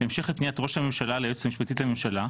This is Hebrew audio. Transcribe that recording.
בהמשך לפניית ראש הממשלה ליועצת המשפטית לממשלה,